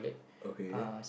okay